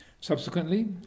Subsequently